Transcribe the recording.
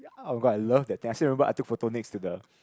oh but I love that thing I still remember I took photo next to the